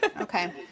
Okay